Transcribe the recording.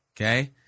okay